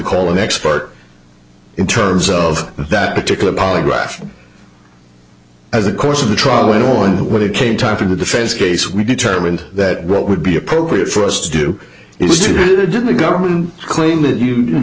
call an expert in terms of that particular polygraph as a course of the trial went on when it came time for the defense case we determined that what would be appropriate for us to do is to do the government claim that you